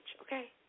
okay